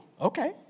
okay